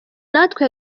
natwe